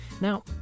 Now